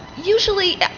Usually